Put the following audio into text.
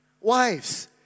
Wives